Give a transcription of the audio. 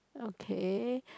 okay